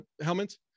helmets